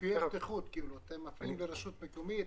אתם מפנים לרשות המקומית?